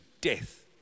death